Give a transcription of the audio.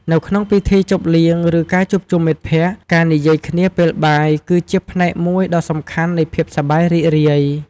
នៅក្នុងពិធីជប់លៀង ឬការជួបជុំមិត្តភក្តិ ការនិយាយគ្នាពេលបាយ គឺជាផ្នែកមួយដ៏សំខាន់នៃភាពសប្បាយរីករាយ។